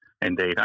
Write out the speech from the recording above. Indeed